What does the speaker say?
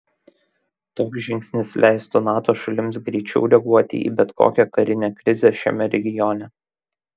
toks žingsnis leistų nato šalims greičiau reaguoti į bet kokią karinę krizę šiame regione